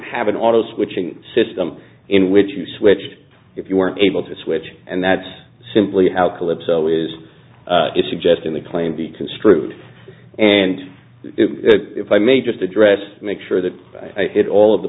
have an auto switching system in which you switch if you weren't able to switch and that's simply how calypso is suggesting the plane be construed and if i may just address make sure that i hit all of the